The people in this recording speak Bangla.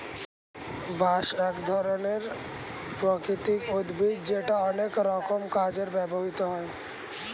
বাঁশ এক ধরনের প্রাকৃতিক উদ্ভিদ যেটা অনেক রকম কাজে ব্যবহৃত হয়